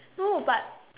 no but